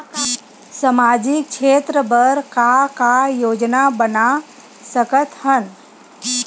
सामाजिक क्षेत्र बर का का योजना बना सकत हन?